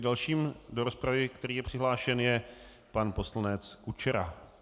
Dalším do rozpravy, který je přihlášen, je pan poslanec Kučera.